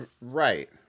Right